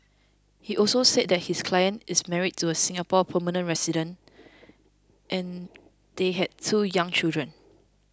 he also said that his client is married to a Singapore permanent resident and they have two young children